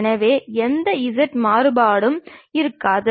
எனவே எந்த z மாறுபாடும் இருக்காது